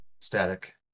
static